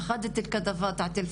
וזה לאחרונה גם,